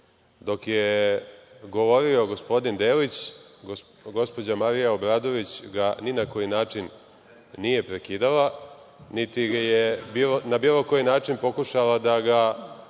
je govorio gospodin Delić gospođa Marija Obradović ga ni na koji način nije prekidala, niti je na bilo koji način pokušala da ga